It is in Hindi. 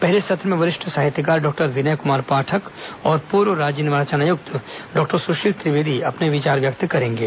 पहले सत्र में वरिष्ठ साहित्यकार डॉक्टर विनय क्मार पाठक और पूर्व राज्य निर्वाचन आयुक्त डॉक्टर सुशील त्रिवेदी अपने विचार व्यक्त करेंगे